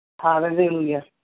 Hallelujah